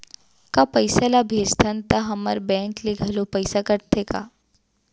का पइसा ला भेजथन त हमर बैंक ले घलो पइसा कटथे का?